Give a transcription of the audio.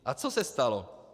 A co se stalo?